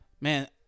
Man